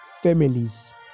families